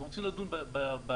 אנחנו רוצים לדון בחוק.